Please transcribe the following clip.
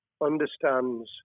understands